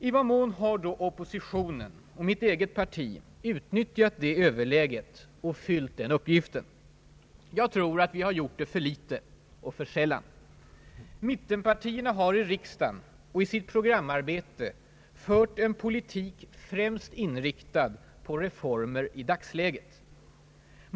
I vad mån har då oppositionen och mitt eget parti utnyttjat det överläget och fyllt den uppgiften? Jag tror att vi har gjort det för litet och för sällan. Mittenpartierna har i riksdagen och i sitt programarbete fört en politik främst inriktad på reformer i dagsläget.